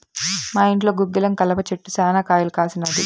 మా ఇంట్లో గుగ్గిలం కలప చెట్టు శనా కాయలు కాసినాది